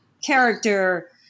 character